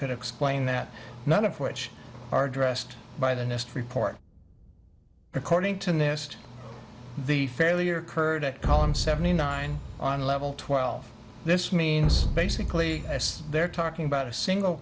could explain that none of which are dressed by the nist report according to nest the failure occurred at column seventy nine on level twelve this means basically as they're talking about a single